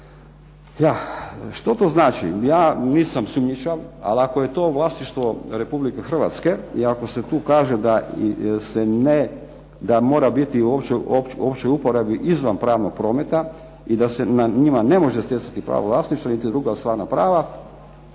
Što to znači? Ja nisam sumnjičav, ali ako je to vlasništvo Republike Hrvatske, i ako se tu kaže da se ne, da mora biti u općoj uporabi izvan pravnog prometa, i da se na njima ne može stjecati pravo vlasništva niti druga stvarna prava.